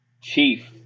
chief